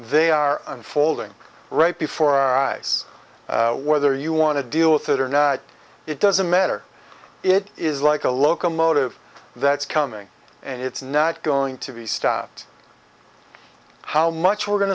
they are unfolding right before our eyes whether you want to deal with it or not it doesn't matter it is like a locomotive that's coming and it's not going to be stopped how much we're going